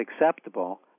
acceptable